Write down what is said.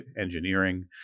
engineering